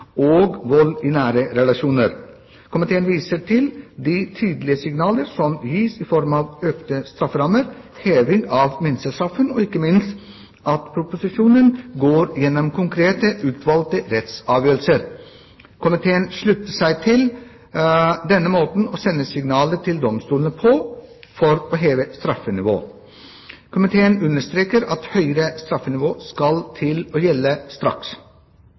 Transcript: og vold i nære relasjoner. Komiteen viser til de tydelige signaler som gis i form av økte strafferammer, heving av minstestraffen og ikke minst at proposisjonen går gjennom konkrete, utvalgte rettsavgjørelser. Komiteen slutter seg til denne måten å sende signaler til domstolen på for å heve straffenivået. Komiteen understreker at høyere straffenivå skal ta til å gjelde straks.»